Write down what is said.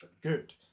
good